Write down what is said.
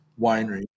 winery